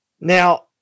Now